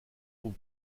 vos